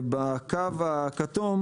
ובקו הכתום,